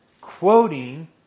quoting